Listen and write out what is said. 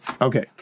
Okay